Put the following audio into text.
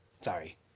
Sorry